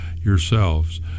yourselves